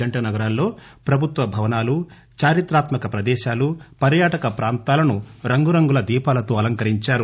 జంట నగరాలలో ప్రభుత్వ భవనాలు చారిత్రక ప్రదేశాలు పర్యాటక ప్రాంతాలను రంగు రంగుల దీపాలతో అలంకరించారు